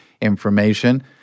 information